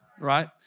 right